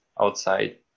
outside